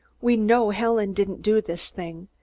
we know helen didn't do this thing,